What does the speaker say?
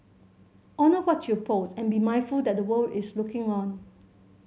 honour what you post and be mindful that the world is looking on